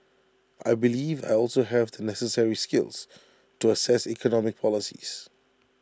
I believe I also have the necessary skills to assess economic policies